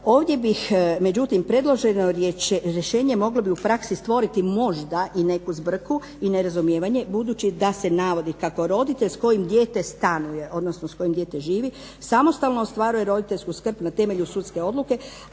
Ovdje bih, međutim predloženo rješenje moglo bi u praksi stvoriti možda i neku zbrku i nerazumijevanje budući da se navodi kako roditelj s kojim dijete stanuje, odnosno s kojim dijete živi samostalno ostvaruje roditeljsku skrb na temelju sudske odluke